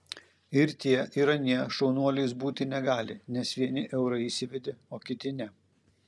ir tie ir anie šaunuoliais būti negali nes vieni eurą įsivedė o kiti ne